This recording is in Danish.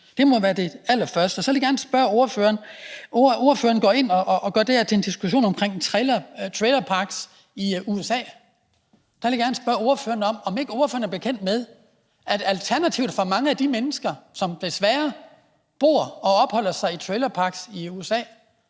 om trailerparks i USA, gerne spørge: Er ordføreren ikke bekendt med, at alternativet for mange af de mennesker, som desværre bor og opholder sig i trailerparks i USA,